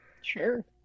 Sure